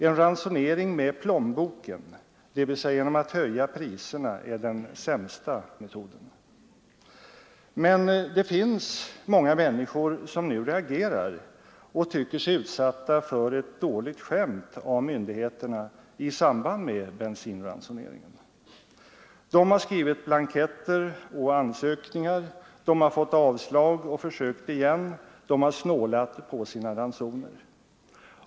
En ransonering med plånboken, dvs. genom att höja priserna, är den sämsta metoden. Men det finns många människor som nu reagerar och tycker sig utsatta för ett dåligt skämt av myndigheterna i samband med bensinransoneringen. De har skrivit blanketter och ansökningar, de har fått avslag och försökt igen, de har snålat på sina ransoner.